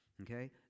okay